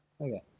Okay